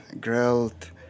Grilled